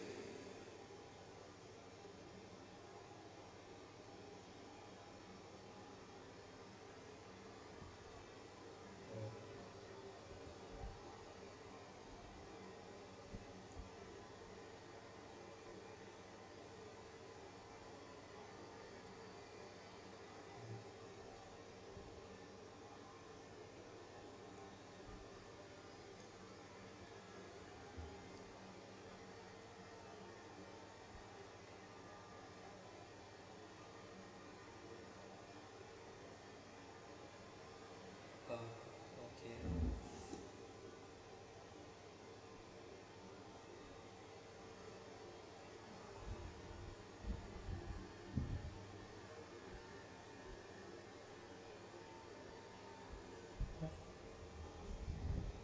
uh okay